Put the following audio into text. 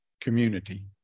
community